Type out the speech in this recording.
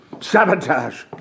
Sabotage